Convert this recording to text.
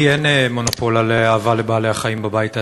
לי אין מונופול על אהבה לבעלי-חיים בבית הזה,